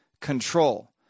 control